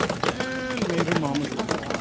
and maybe mom was right.